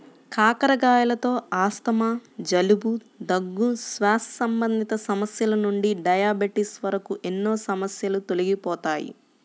కాకరకాయలతో ఆస్తమా, జలుబు, దగ్గు, శ్వాస సంబంధిత సమస్యల నుండి డయాబెటిస్ వరకు ఎన్నో సమస్యలు తొలగిపోతాయి